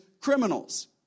criminals